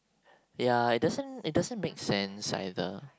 ya it doesn't it doesn't make sense either